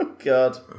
God